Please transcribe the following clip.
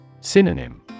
Synonym